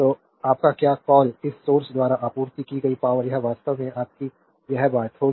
तो आपका क्या कॉल इस सोर्स द्वारा आपूर्ति की गई पावरयह वास्तव में आपकी यह बात होगी आपका 8 1 तो यह आपका 8 वाट है